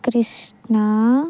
Krishna